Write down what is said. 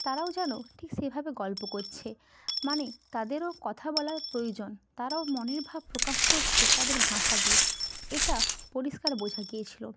তারাও যেন ঠিক সেভাবে গল্প করছে মানে তাদেরও কথা বলার প্রয়োজন তারাও মনের ভাব প্রকাশ করছে তাদের ভাষা দিয়ে এটা পরিষ্কার বোঝা গিয়েছিলো